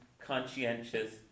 conscientious